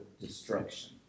destruction